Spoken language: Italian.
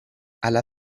alla